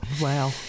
Wow